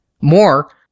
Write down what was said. More